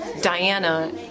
Diana